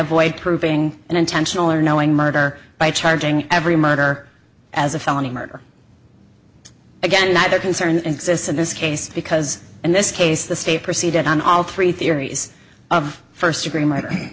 avoid proving an intentional or knowing murder by charging every murder as a felony murder again that they're concerned exists in this case because in this case the state proceeded on all three theories of first degree murder